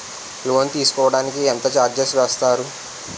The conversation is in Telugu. లోన్ తీసుకోడానికి ఎంత చార్జెస్ వేస్తారు?